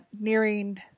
nearing